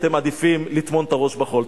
אתם מעדיפים לטמון את הראש בחול.